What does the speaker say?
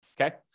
Okay